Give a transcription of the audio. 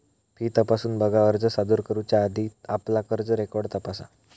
fee तपासून बघा, अर्ज सादर करुच्या आधी आपला कर्ज रेकॉर्ड तपासा